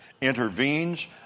intervenes